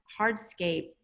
hardscape